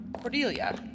Cordelia